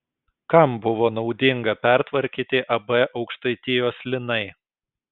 kam buvo naudinga pertvarkyti ab aukštaitijos linai